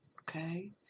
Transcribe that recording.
okay